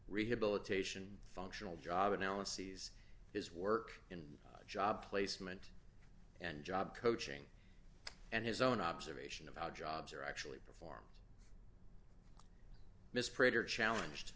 rehabilitation functional job analyses his work in job placement and job coaching and his own observation of how jobs are actually performs miss prater challenged